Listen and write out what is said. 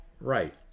Right